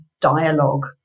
dialogue